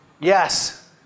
Yes